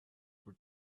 were